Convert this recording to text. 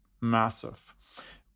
massive